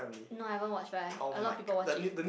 no I haven't' watch but I a lot of people watch it